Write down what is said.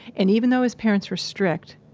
and even though his parents were strict,